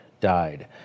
died